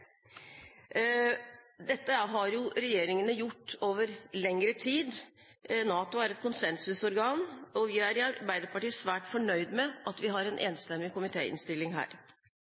Dette har regjeringene gjort over lengre tid. NATO er et konsensusorgan, og vi er i Arbeiderpartiet svært fornøyd med at vi har en enstemmig komitéinnstilling her.